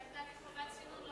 שהיתה לי חובת צינון,